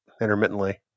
intermittently